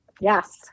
yes